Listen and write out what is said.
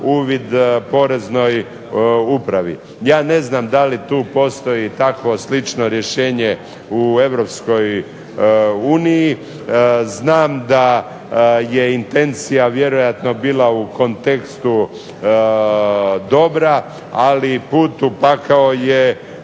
uvid poreznoj upravi. Ja ne znam da li tu postoji takvo slično rješenje u Europskoj uniji, znam da je intencija vjerojatno bila u kontekstu dobra, ali put u pakao je